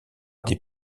des